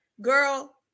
girl